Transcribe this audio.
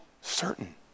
certain